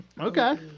Okay